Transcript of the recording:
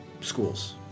Schools